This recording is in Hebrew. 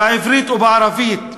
בעברית ובערבית.